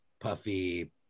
puffy